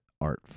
art